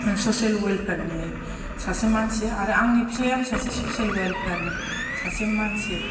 social वेलफेयारनि सासे मानसि आरो आंनि फिसाइयाबो ससेल अवेलफेयारनि सासे मानसि